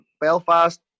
Belfast